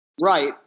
Right